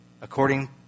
According